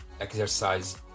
exercise